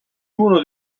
uno